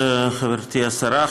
חברתי השרה,